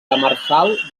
demersal